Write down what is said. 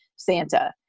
santa